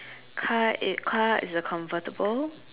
car is car is a convertible